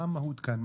מה המהות כאן?